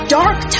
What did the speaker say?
dark